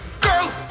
Girl